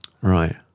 Right